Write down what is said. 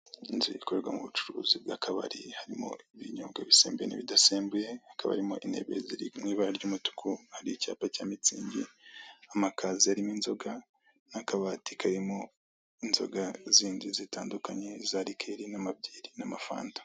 Inzu ikorerwamo ubucuruzi bw'akabari harimo ibinyobwa bisembuye n'ibidasembuye, hakaba harimo intebe ziri mu ibara ry'umutuku, hari icyapa cya mitsingi, amakaziye arimo inzoga, n'akabati karimo inzoga zindi zitandukanye za rikeri, n'amabyeri, n'amafanta.